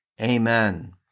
Amen